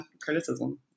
criticism